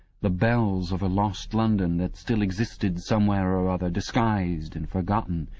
the bells of a lost london that still existed somewhere or other, disguised and forgotten.